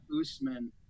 Usman